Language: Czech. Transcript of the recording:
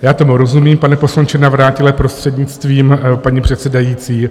Já tomu rozumím, pane poslanče Navrátile, prostřednictvím paní předsedající.